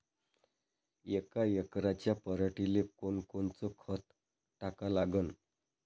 यका एकराच्या पराटीले कोनकोनचं खत टाका लागन?